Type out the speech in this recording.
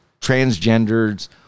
transgenders